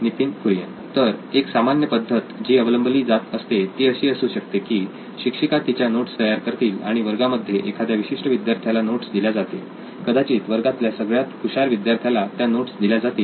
नितीन कुरियन तर एक सामान्य पद्धत जी अवलंबली जात असते ती अशी असू शकते की शिक्षिका तिच्या नोट्स तयार करतील आणि वर्गामध्ये एखाद्या विशिष्ट विद्यार्थ्याला नोट्स दिल्या जातील कदाचित वर्गातल्या सगळ्यात हुशार विद्यार्थ्याला त्या नोट्स दिल्या जातील